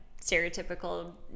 stereotypical